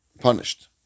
Punished